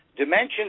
Dimensions